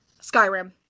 Skyrim